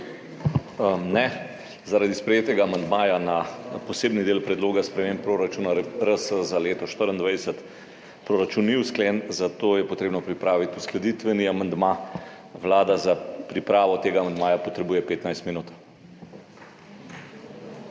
Ne. Zaradi sprejetega amandmaja na posebni del Predloga sprememb proračuna RS za leto 2024 proračun ni usklajen, zato je potrebno pripraviti uskladitveni amandma. Vlada za pripravo tega amandmaja potrebuje 15 minut.